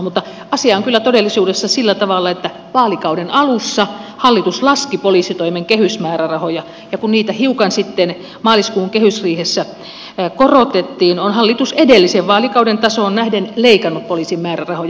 asia on kyllä todellisuudessa sillä tavalla että vaalikauden alussa hallitus laski poliisitoimen kehysmäärärahoja ja kun niitä hiukan sitten maaliskuun kehysriihessä korotettiin on hallitus edellisen vaalikauden tasoon nähden leikannut poliisin määrärahoja